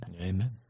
Amen